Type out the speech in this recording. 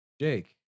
Jake